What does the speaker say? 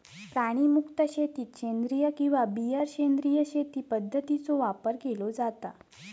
प्राणीमुक्त शेतीत सेंद्रिय किंवा बिगर सेंद्रिय शेती पध्दतींचो वापर केलो जाता